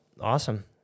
Awesome